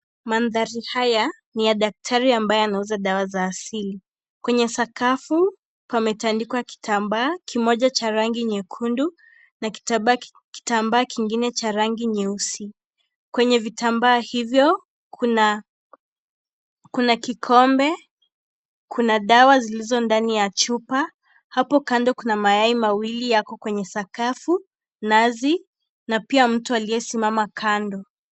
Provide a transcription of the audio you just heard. Manthari haya ni ya daktari ambaye anauza dawa za asili. kwenye sakafu pametandikwa kitambaa kimoja ccha rangi nyekundu na kingine cha rangi nyeusi. Kwenye vitambaa hivyo kuna kikombe, kuna dawa zilizo ndani ya chupa, hapo kando kuna mayai mawili yako kwenye sakafu, nazi, na pia mtu aliye simama kando.